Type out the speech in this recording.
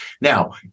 Now